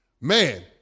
man